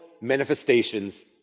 manifestations